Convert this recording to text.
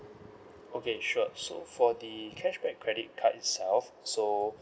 okay sure so for the cashback credit card itself so